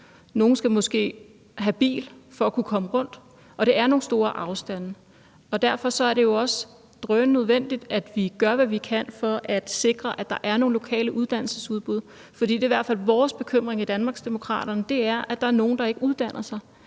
Nogle skal måske have en bil for at kunne komme rundt. Det er nogle store afstande. Derfor er det jo også drønnødvendigt at vi gør, hvad vi kan, for at sikre, at der er nogle lokale uddannelsesudbud. For det er i hvert fald vores problem i Danmarksdemokraterne, at der er nogle, der ikke uddanner sig,